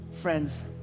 friends